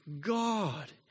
God